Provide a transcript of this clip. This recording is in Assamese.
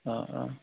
অঁ অঁ